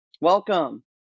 Welcome